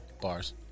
bars